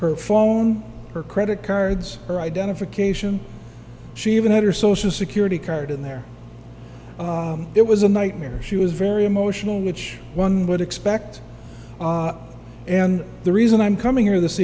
her phone her credit cards her identification she even had her social security card in there it was a nightmare she was very emotional which one would expect and the reason i'm coming here this